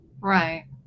right